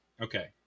okay